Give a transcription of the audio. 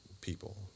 people